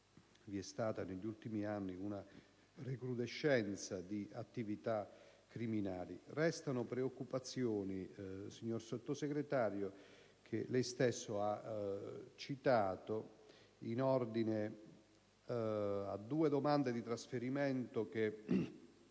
vi è stata negli ultimi anni una recrudescenza di attività criminali. Restano preoccupazioni, signor Sottosegretario, che lei stesso ha citato in ordine a due domande di trasferimento che